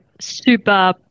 super